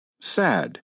sad